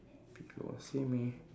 big one same eh